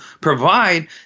provide